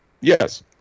Yes